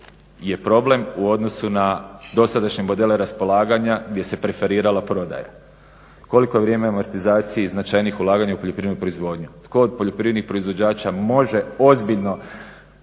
je problem u odnosu na dosadašnje modele raspolaganja gdje se preferirala prodaja. Koliko je vrijeme u amortizaciji značajnijih ulaganja u poljoprivrednu proizvodnju, tko od poljoprivrednih proizvođača može ozbiljno